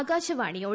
ആകാശവാണിയോട്